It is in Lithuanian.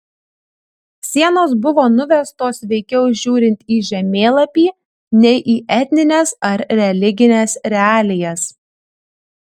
sienos buvo nuvestos veikiau žiūrint į žemėlapį nei į etnines ar religines realijas